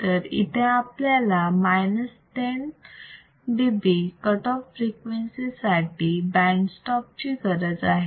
तर इथे आपल्याला minus 10 dB cut off frequency साठी बँड स्टॉप ची गरज आहे